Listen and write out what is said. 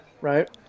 right